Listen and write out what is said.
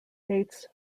dates